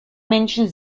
menschen